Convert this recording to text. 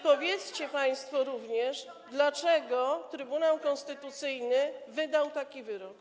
Powiedzcie państwo również, dlaczego Trybunał Konstytucyjny wydał taki wyrok.